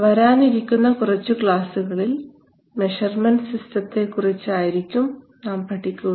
വരാനിരിക്കുന്ന കുറച്ചു ക്ലാസുകളിൽ മെഷർമെൻറ് സിസ്റ്റത്തെക്കുറിച്ച് ആയിരിക്കും നാം പഠിക്കുക